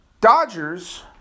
Dodgers